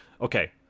okay